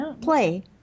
play